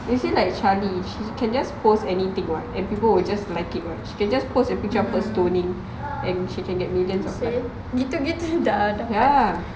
they say like charli you can just post anything [what] and people will just like it [what] she can just post a picture of her stoning and she can get millions of like gitu-gitu dah ya